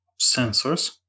sensors